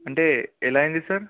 అంటే ఎలా అయింది సార్